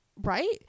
right